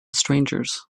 strangers